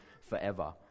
forever